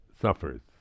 suffers